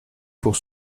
pour